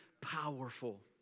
powerful